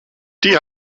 die